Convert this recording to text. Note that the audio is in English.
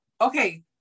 okay